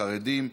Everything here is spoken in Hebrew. חרדים,